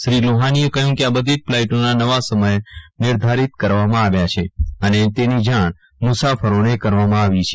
શ્રી લોહાનીએ કહયું કે આ બધી જ ફલાઈટોના નવા સમય નિર્ધારીત કરવામાં આવ્યા છે અને તેની જાણ મુસાફરોને કરવામાં આવી છે